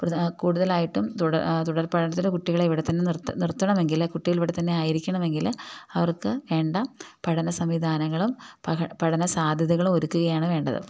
കൂടുതലായിട്ടും തുടർപഠനത്തിന് കുട്ടികളെ ഇവിടെത്തന്നെ നിർത്തണമെങ്കില് കുട്ടികളിവിടെത്തന്നെ ആയിരിക്കണമെങ്കില് അവർക്ക് വേണ്ട പഠനസംവിധാനങ്ങളും പഠനസാധ്യതകളും ഒരുക്കുകയാണ് വേണ്ടത്